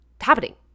happening